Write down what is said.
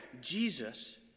Jesus